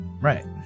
right